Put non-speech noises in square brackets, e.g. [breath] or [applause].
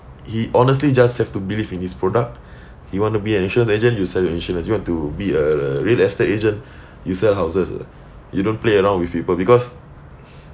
he honestly just have to believe in his product [breath] you want to be an insurance agent you sell an insurance you want to be a real estate agent [breath] you sell houses ah you don't play around with people because